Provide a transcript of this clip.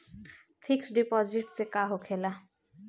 Fix deposit से का होखे ला?